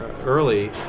early